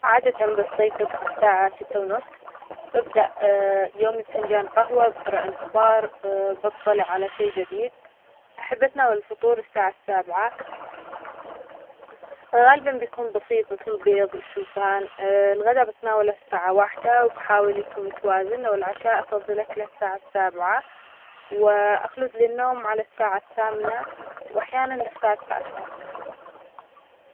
عادةً يستيقظ عالساعه ستة ونص، ببدأ يومى بفنجان قهوة بقرأ الأخبار بطلع على شيء جديد، أحب أتناول الفطور الساعة سابعة، غالباً بيكون بسيط مثل البيظ والشوفان، الغدا بتناوله الساعة واحدة ويحاول يكون متوازن والعشاء أفظل أكله الساعة سابعة و أخلد للنوم على الساعة الثامنة وأحياناً للساعة التاسعة.